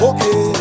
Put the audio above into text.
Okay